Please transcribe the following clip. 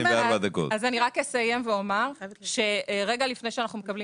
אז אני רק אסיים ואומר שרגע לפני שאנחנו מקבלים